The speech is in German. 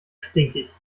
stinkig